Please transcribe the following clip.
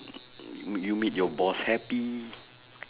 mm you made your boss happy